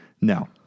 No